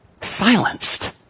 silenced